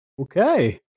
Okay